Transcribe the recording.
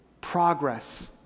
Progress